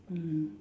mm